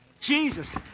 Jesus